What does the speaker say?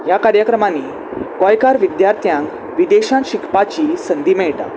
ह्या कार्यक्रमांनी गोंयकार विद्यार्थ्यांक विदेशांत शिकपाची संदी मेळटा